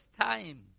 time